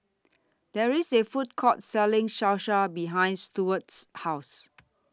There IS A Food Court Selling Salsa behind Stuart's House